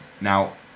Now